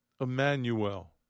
Emmanuel